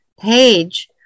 page